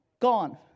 Gone